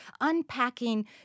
unpacking